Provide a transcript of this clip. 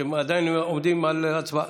אתם עדיין עומדים על הצבעה?